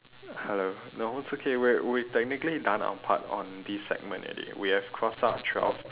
hello no it's okay we're we technically done our part on this segment already we have crossed out twelve